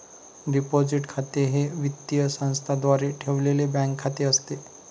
deposit खाते हे वित्तीय संस्थेद्वारे ठेवलेले बँक खाते असते